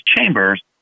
chambers